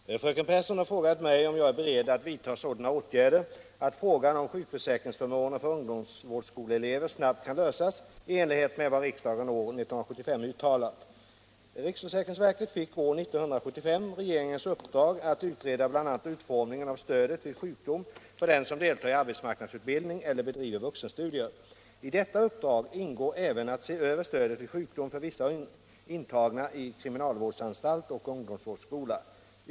Herr talman! Fröken Pehrsson har frågat mig om jag är beredd att vidta sådana åtgärder att frågan om sjukförsäkringsförmåner för ungdomsvårdsskoleelever snabbt kan lösas i enlighet med vad riksdagen år 1975 uttalat. Riksförsäkringsverket fick år 1975 regeringens uppdrag att utreda bl.a. utformningen av stödet vid sjukdom för den som deltar i arbetsmarknadsutbildning eller bedriver vuxenstudier. I detta uppdrag ingår även att se över stödet vid sjukdom för vissa intagna på kriminalvårdsanstalt och ungdomsvårdsskola.